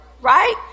right